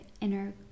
inner